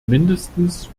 mindestens